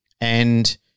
And-